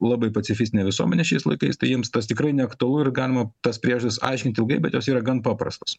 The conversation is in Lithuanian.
labai pacifistinė visuomenė šiais laikais tai jiems tas tikrai neaktualu ir galima tas priežastis aiškinti ilgai bet jos yra gan paprastos